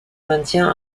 maintien